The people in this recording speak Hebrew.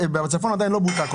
בצפון עדיין לא בוצע הכול.